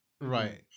Right